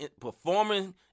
performing